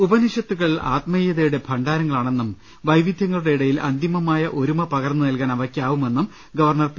ഉപനിഷത്തുകൾ ആത്മീയതയുടെ ഭണ്ഡാരങ്ങളാണെന്നും വൈവിധൃങ്ങളുടെ ഇടയിൽ അന്തിമമായ ഒരുമ പകർന്നു നൽകാൻ അവ യ്ക്കാവുമെന്നും ഗവർണർ പി